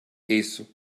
eso